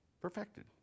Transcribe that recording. perfected